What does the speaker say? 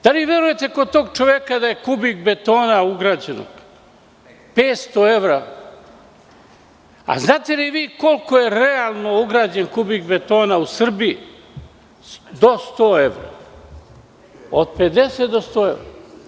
Da li verujete, kod tog čoveka da je u kubik betona ugrađeno 500 evra, a znate li vi koliko je realno ugrađen kubik betona u Srbiji, do 100 evra, od 50 do 100 evra.